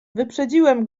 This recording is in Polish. wyprzedziłem